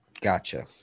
Gotcha